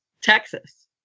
Texas